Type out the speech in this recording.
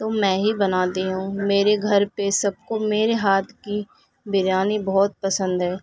تو میں ہی بناتی ہوں میرے گھر پہ سب کو میرے ہاتھ کی بریانی بہت پسند ہے